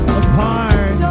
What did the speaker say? apart